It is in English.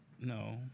No